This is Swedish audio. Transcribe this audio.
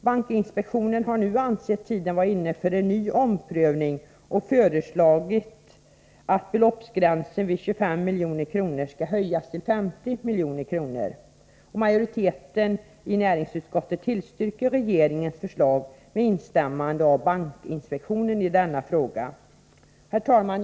Bankinspektionen har nu ansett tiden vara inne för en ny omprövning och föreslagit att beloppsgränsen vid 25 milj.kr. skall höjas till 50 milj.kr. Majoriteten i näringsutskottet tillstyrker regeringens förslag med instämmande av bankinspektionen i denna fråga. Herr talman!